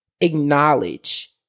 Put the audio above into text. acknowledge